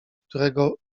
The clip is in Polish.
którego